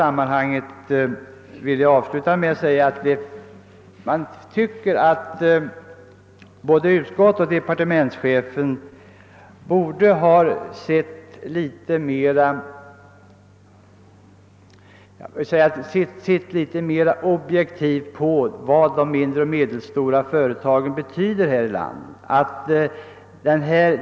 Jag vill avsluta med att säga att jag tycker att både utskottet och departementschefen borde ha sett litet mer objektivt på vad de mindre och medelstora företagen betyder här i landet.